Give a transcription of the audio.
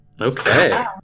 okay